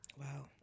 Wow